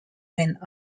went